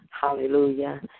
Hallelujah